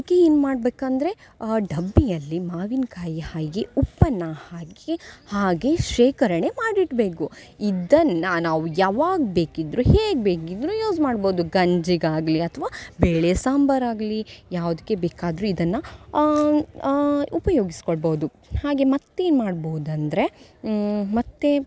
ಅದಕ್ಕೆ ಏನು ಮಾಡಬೇಕಂದ್ರೆ ಆ ಡಬ್ಬಿಯಲ್ಲಿ ಮಾವಿನಕಾಯಿ ಹೈಗಿ ಉಪ್ಪನ್ನು ಹಾಕಿ ಹಾಗೆ ಶೇಖರಣೆ ಮಾಡಿಡಬೇಕು ಇದನ್ನು ನಾವು ಯಾವಾಗ ಬೇಕಿದ್ದರೂ ಹೇಗೆ ಬೇಕಿದ್ದರೂ ಯೂಸ್ ಮಾಡ್ಬೌದು ಗಂಜಿಗಾಗಲಿ ಅಥ್ವಾ ಬೇಳೆ ಸಾಂಬಾರ್ ಆಗಲಿ ಯಾವ್ದಕ್ಕೆ ಬೇಕಾದರೂ ಇದನ್ನು ಉಪಯೋಗಿಸಿಕೊಳ್ಬೌದು ಹಾಗೆ ಮತ್ತೇನು ಮಾಡ್ಬೌದಂದರೆ ಮತ್ತು